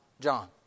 John